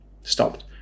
stopped